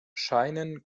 scheinen